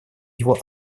его